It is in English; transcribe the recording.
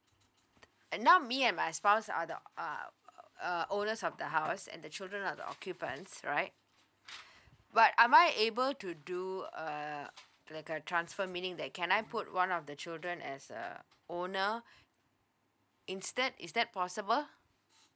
uh now me and my spouse are the uh uh owners of the house and the children of the occupants right but am I able to do uh like a transfer meaning that can I put one of the children as uh owner is that is that possible